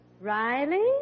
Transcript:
Riley